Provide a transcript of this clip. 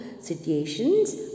situations